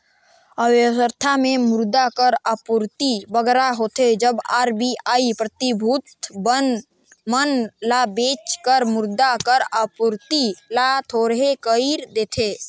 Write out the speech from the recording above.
अर्थबेवस्था में मुद्रा कर आपूरति बगरा होथे तब आर.बी.आई प्रतिभूति मन ल बेंच कर मुद्रा कर आपूरति ल थोरहें कइर देथे